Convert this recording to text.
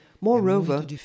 Moreover